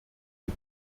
die